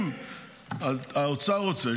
אם האוצר רוצה,